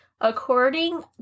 According